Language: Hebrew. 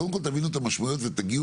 קודם כל תבינו אלת המשמעויות ותגיעו